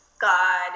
god